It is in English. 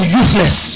useless